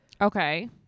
Okay